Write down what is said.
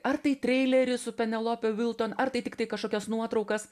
ar tai treileris su penelope vilton ar tai tiktai kažkokias nuotraukas